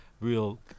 real